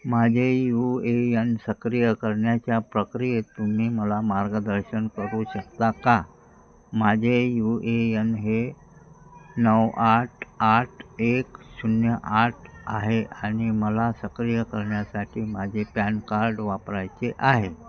माझे U A N सक्रिय करण्याच्या प्रक्रियेत तुम्ही मला मार्गदर्शन करू शकता का माझे यू ए यन हे नऊ आठ आठ एक शून्य आठ आहे आणि मला सक्रिय करण्यासाठी माझे पॅन कार्ड वापरायचे आहे